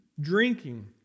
drinking